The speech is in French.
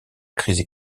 crise